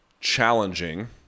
challenging